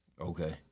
Okay